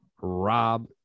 Rob